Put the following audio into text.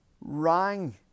rang